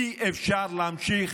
אי-אפשר להמשיך